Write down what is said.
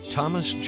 Thomas